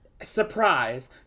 surprise